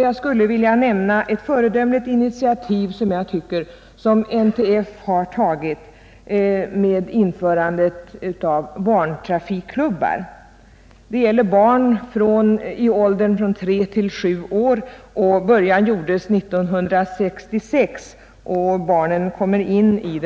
Jag vill nämna det föredömliga initiativ som NTF har tagit med inrättandet av barntrafikklubbar, avsedda för barn i åldern 3—7 år. Början gjordes 1966. Barnen får vara